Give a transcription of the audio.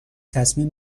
تصمیم